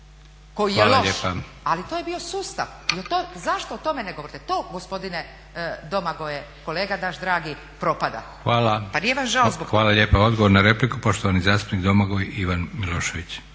koji je loš, ali to je bio sustav. Zašto o tome ne govorite? To gospodine Domagoje, kolega naš dragi, propada. **Leko, Josip (SDP)** Hvala lijepa. Odgovor na repliku, poštovani zastupnik Domagoj Ivan Milošević.